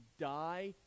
die